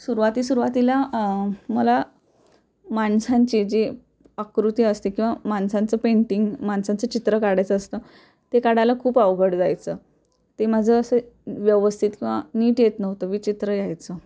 सुरवाती सुरवातीला मला माणसांची जी आकृती असते किंवा माणसांचं पेंटिंग माणसांचं चित्र काढायचं असतं ते काढायला खूप आवघड जायचं ते माझं असं व्यवस्थित किंवा नीट येत नव्हतं विचित्र यायचं